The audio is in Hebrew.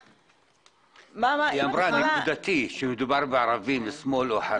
היא אמרה, נקודתי, שמדובר בערבים, שמאל או חרדים.